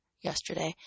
yesterday